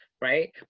right